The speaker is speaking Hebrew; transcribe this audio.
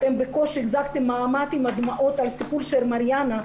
אתם בקושי החזקתם מעמד עם הדמעות על הסיפור של מריאנה,